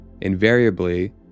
Invariably